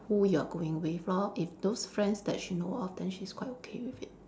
who you are going with lor if those friends that she know of then she's quite okay with it